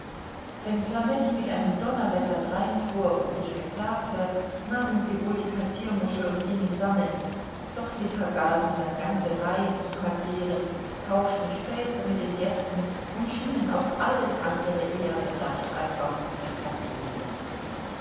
wenn flametti mit einem donnerwetter dreinfuhr und sich beklagte nahmen sie wohl die kassiermuschel und gingen sammeln doch sie vergaßen dann ganze reihen zu kassieren tauschten späße mit den gästen und schienen auf alles andere eher bedacht als auf gute kassierung